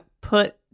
put